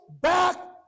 back